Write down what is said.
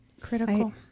critical